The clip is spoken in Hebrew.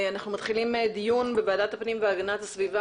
אנחנו מתחילים דיון בוועדת הפנים והגנת הסביבה